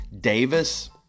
Davis